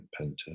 painter